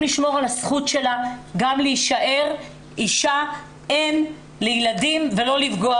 על הזכות שלה גם להישאר אישה ואם לילדים ולא לפגוע